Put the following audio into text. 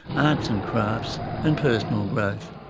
arts and crafts and personal growth.